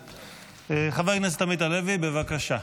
חבר הכנסת עמית הלוי, בבקשה.